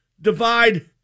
divide